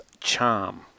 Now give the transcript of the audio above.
charm